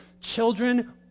Children